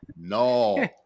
No